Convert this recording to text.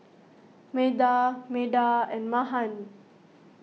Medha Medha and Mahan